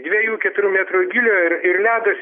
dviejų keturių metrų gylio ir ir ledas